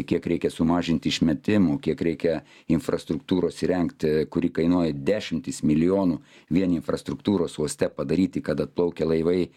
kiek reikia sumažinti išmetimų kiek reikia infrastruktūros įrengti kuri kainuoja dešimtis milijonų vien infrastruktūros uoste padaryti kad atplaukę laivai